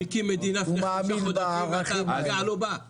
הוא מאמין בערכים האלה.